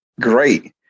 great